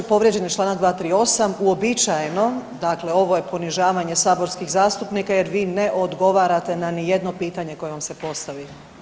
Povrijeđen je članak 238. uobičajeno, dakle ovo je ponižavanje saborskih zastupnika jer vi ne odgovarate na ni jedno pitanje koje vam se postavi.